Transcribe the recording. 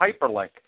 hyperlink